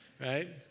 Right